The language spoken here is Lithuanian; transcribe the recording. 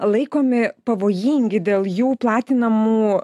laikomi pavojingi dėl jų platinamų